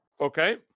Okay